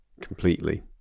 completely